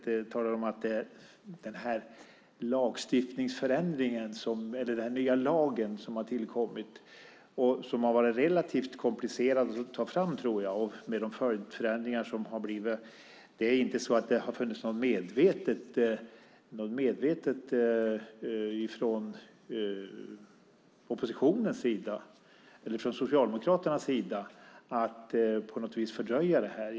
Hon talade om - det kanske var omedvetet - den här nya lagen som har tillkommit och som har varit relativt komplicerad att ta fram, tror jag, med de följdförändringar som har blivit. Det är inte så att det har varit något medvetet agerande från Socialdemokraternas sida för att fördröja det här.